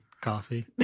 coffee